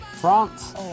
France